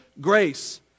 grace